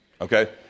Okay